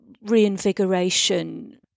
reinvigoration